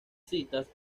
citas